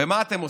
במה אתם עוסקים?